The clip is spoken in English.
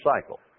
cycle